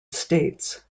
states